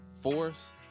force